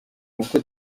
uko